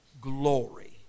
glory